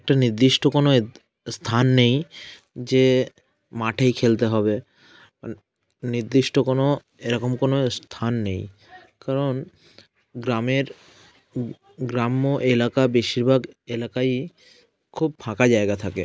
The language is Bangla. একটা নির্দিষ্ট কোনো স্থান নেই যে মাঠেই খেলতে হবে নির্দিষ্ট কোনো এরকম কোনো স্থান নেই কারণ গ্রামের গ্রাম্য এলাকা বেশিরভাগ এলাকাই খুব ফাঁকা জায়গা থাকে